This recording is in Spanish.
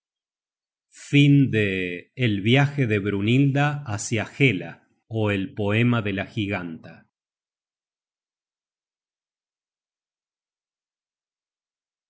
generated at el viaje de brynhilda hácia hela ó el poema de la giganta